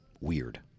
weird